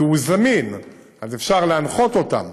כי הוא זמין, אז אפשר להנחות אותן,